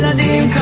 name